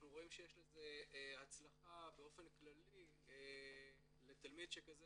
אנחנו רואים שיש לזה הצלחה באופן כללי לתלמיד שכזה